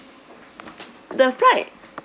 the flight